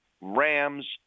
Rams